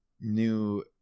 new